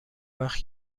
وقت